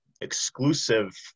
exclusive